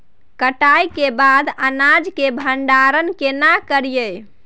कटाई के बाद अनाज के भंडारण केना करियै?